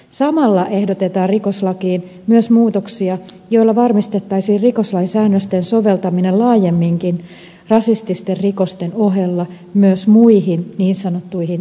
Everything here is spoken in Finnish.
samalla ehdotetaan rikoslakiin myös muutoksia joilla varmistettaisiin rikoslain säännösten soveltaminen rasististen rikosten ohella laajemminkin myös muihin niin sanottuihin viharikoksiin